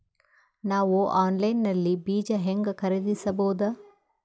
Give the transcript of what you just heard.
ನಾವು ಆನ್ಲೈನ್ ನಲ್ಲಿ ಬೀಜ ಹೆಂಗ ಖರೀದಿಸಬೋದ?